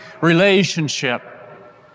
relationship